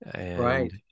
Right